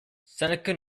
seneca